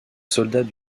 soldats